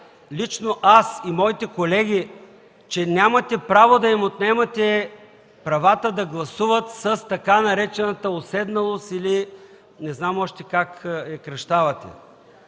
лично аз и моите колеги, че нямате право да им отнемате правата да гласуват с така наречената „уседналост” или не знам още как я кръщавате.